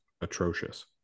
atrocious